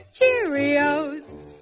Cheerios